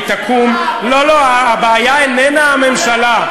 לא, לא, הבעיה איננה הממשלה.